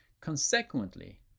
Consequently